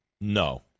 No